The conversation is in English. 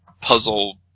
puzzle